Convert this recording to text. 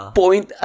point